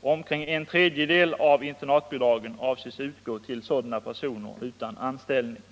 Omkring en tredjedel av internatbidragen avses utgå till sådana personer utan anställning.